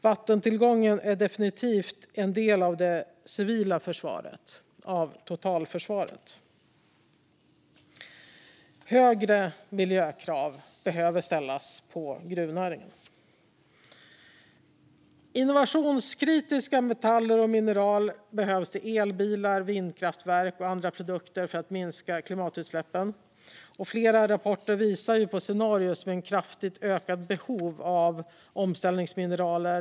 Vattentillgången är definitivt en del av det civila försvaret och av totalförsvaret. Högre miljökrav behöver ställas på gruvnäringen. Innovationskritiska metaller och mineral behövs till elbilar, vindkraftverk och andra produkter för att minska klimatutsläppen. Flera rapporter visar på scenarier med ett kraftigt ökat behov av omställningsmineraler.